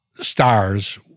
stars